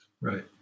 Right